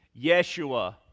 Yeshua